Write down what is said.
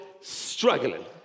struggling